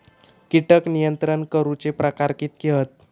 कीटक नियंत्रण करूचे प्रकार कितके हत?